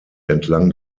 entlang